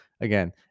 Again